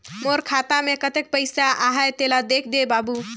मोर खाता मे कतेक पइसा आहाय तेला देख दे बाबु?